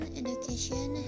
education